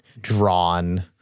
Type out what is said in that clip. drawn